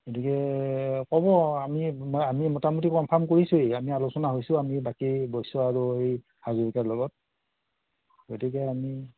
গতিকে ক'ব আমি আমি মোটামোটি কনফাৰ্ম কৰিছোৱে আমি আলোচনা হৈছোঁ আমি বাকী বৈশ্য আৰু এই হাজৰিকাৰ লগত গতিকে আমি